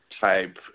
type